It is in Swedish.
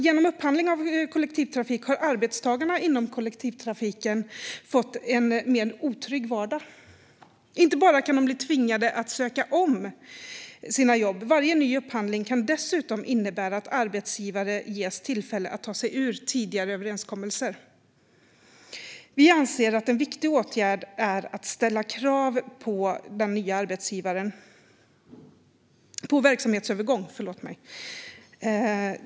Genom upphandling av kollektivtrafik har arbetstagarna inom kollektivtrafiken fått en mer otrygg vardag. De kan inte bara bli tvingade att söka om sina jobb; varje ny upphandling kan dessutom innebära att arbetsgivare ges tillfälle att ta sig ur tidigare överenskommelser. Vi anser att en viktig åtgärd är att ställa krav på verksamhetsövergång.